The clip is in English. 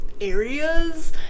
areas